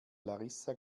larissa